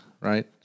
Right